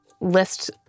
list